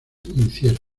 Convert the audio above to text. incierta